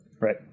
Right